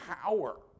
power